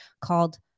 called